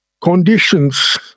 conditions